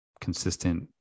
consistent